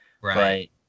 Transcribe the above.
Right